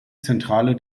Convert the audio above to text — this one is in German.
zentrale